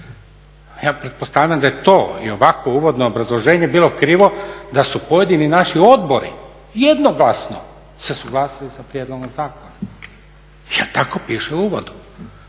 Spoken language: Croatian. Ja pretpostavljam da je to i ovako uvodno obrazloženje bilo krivo, da su pojedini naši odbori jednoglasno se suglasili sa prijedlogom zakona jer tako piše u uvodu.